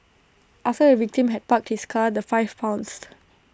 after the victim had parked his car the five pounced